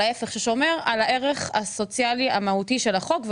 להיפך; ששומר על הערך הסוציאלי המהותי של החוק,